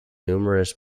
numerous